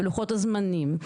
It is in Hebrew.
בלוחות הזמנים,